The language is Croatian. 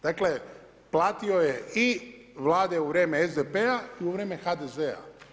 Dakle, platio je i Vlade u vrijeme SDP-a i u vrijeme HDZ-a.